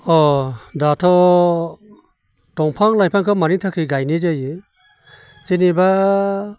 अ दाथ' दंफां लाइफांखौ मानि थाखाय गायनाय जायो जेनेबा